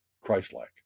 Christ-like